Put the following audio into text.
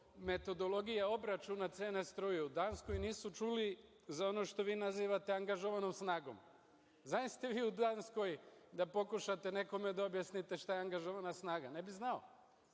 metodologija obračuna cena struje. U Danskoj nisu čuli za ono što vi nazivate angažovanom snagom. Zaista, vi u Danskoj da pokušate nekome da objasnite šta je angažovana snaga, ne bi znao.